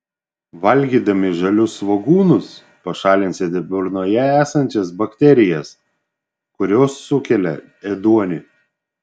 valgydami žalius svogūnus pašalinsite burnoje esančias bakterijas kurios sukelia ėduonį